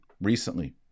recently